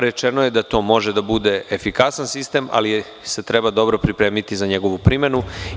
Rečeno je da to može da bude efikasan sistem, ali se treba dobro pripremiti za njegovu primenu.